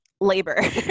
labor